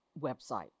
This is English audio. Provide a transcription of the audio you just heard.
website